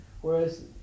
Whereas